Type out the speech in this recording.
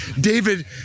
David